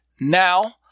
Now